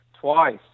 twice